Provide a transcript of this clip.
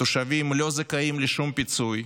התושבים לא זכאים לשום פיצוי.